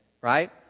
Right